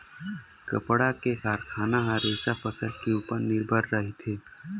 कपड़ा के कारखाना ह रेसा फसल के उपर निरभर रहिथे